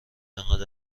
انقد